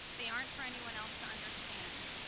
they aren't for anyone else to understand.